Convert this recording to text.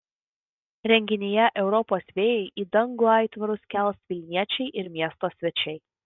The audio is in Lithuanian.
renginyje europos vėjai į dangų aitvarus kels vilniečiai ir miesto svečiai